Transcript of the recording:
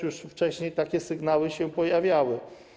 Już wcześniej takie sygnały się pojawiały.